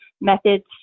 methods